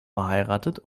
verheiratet